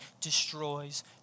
destroys